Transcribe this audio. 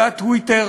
והטוויטר,